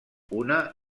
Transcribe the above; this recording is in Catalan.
una